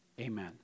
amen